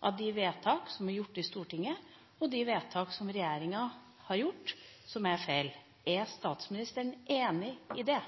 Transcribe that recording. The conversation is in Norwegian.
av de vedtak som er gjort i Stortinget, og de vedtak som regjeringa har gjort, som er feil. Er statsministeren enig i det?